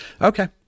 Okay